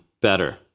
better